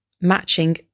matching